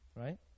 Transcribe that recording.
right